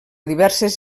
diverses